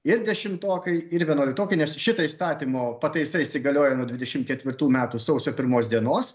ir dešimtokai ir vienuoliktokai nes šita įstatymo pataisa įsigalioja nuo dvidešimt ketvirtų metų sausio pirmos dienos